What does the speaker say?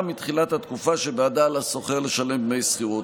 מתחילת התקופה שבעדה על השוכר לשלם דמי שכירות.